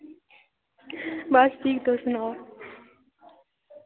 बस ठीक तुस सनाओ